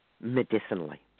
medicinally